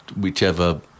whichever